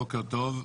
בוקר טוב,